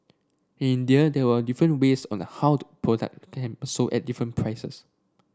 in India there were different ways on the how product sold at different prices